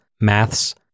maths